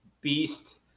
beast